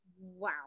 Wow